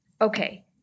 Okay